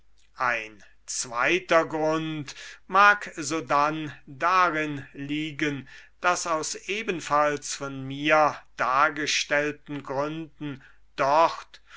ein zweiter grund mag sodann darin liegen daß aus ebenfalls von mir dargestellten gründen dort